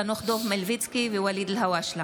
חנוך דב מלביצקי וואליד אלהואשלה